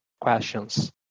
questions